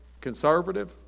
conservative